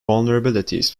vulnerabilities